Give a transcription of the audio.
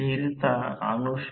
आता या गोष्टी कशा येत आहेत